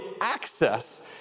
access